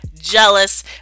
Jealous